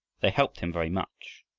they helped him very much.